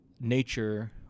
nature